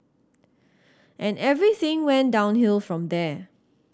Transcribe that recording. and everything went downhill from there